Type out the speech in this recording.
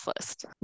list